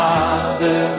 Father